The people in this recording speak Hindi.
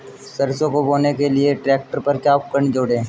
सरसों को बोने के लिये ट्रैक्टर पर क्या उपकरण जोड़ें?